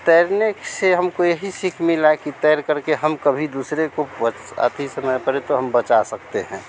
तैरने से हमको यही सीख मिली कि तैर करके हम कभी दुसरे को प अति समय पड़े तो हम बचा सकते हैं